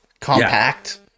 compact